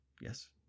Yes